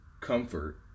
comfort